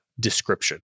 Description